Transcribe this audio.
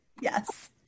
Yes